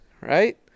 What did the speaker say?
right